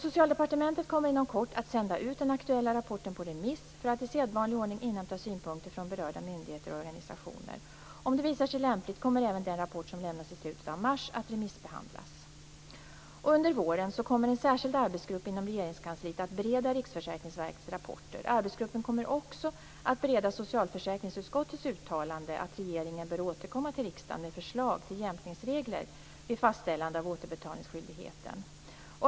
Socialdepartementet kommer inom kort att sända ut den aktuella rapporten på remiss för att i sedvanlig ordning inhämta synpunkter från berörda myndigheter och organisationer. Om det visar sig lämpligt kommer även den rapport som lämnas i slutet av mars att remissbehandlas. Under våren kommer en särskild arbetsgrupp inom Regeringskansliet att bereda Riksförsäkringsverkets rapporter. Arbetsgruppen kommer också att bereda socialförsäkringsutskottets uttalande att regeringen bör återkomma till riksdagen med förslag till jämkningsregler vid fastställande av återbetalningsskyldigheten.